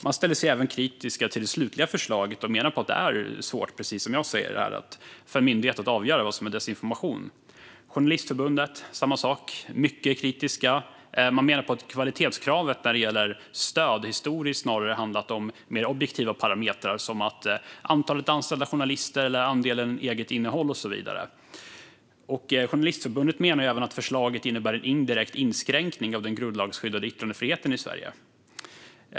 Man ställde sig även kritiska till det slutliga förslaget och menar att det är svårt, precis som jag säger här, för en myndighet att avgöra vad som är desinformation. Samma sak är det med Journalistförbundet, som var mycket kritiskt. Man menar att kvalitetskravet när det gäller stöd historiskt snarare har handlat om mer objektiva parametrar som antalet anställda journalister, andelen eget redaktionellt innehåll och så vidare. Journalistförbundet menar även att förslaget innebär en indirekt inskränkning av den grundlagsskyddade yttrandefriheten i Sverige.